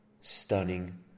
stunning